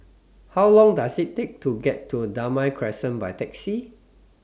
How Long Does IT Take to get to Damai Crescent By Taxi